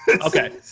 Okay